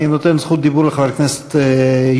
אני נותן זכות דיבור לחבר הכנסת יונה.